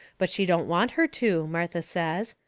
but she don't want her to, martha says.